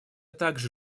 также